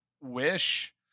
wish